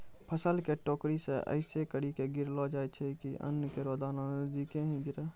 फसल क टोकरी सें ऐसें करि के गिरैलो जाय छै कि अन्न केरो दाना नजदीके ही गिरे